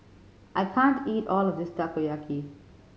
I can't eat all of this Takoyaki